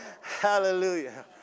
Hallelujah